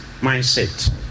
mindset